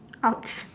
!ouch!